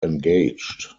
engaged